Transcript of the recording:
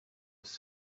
was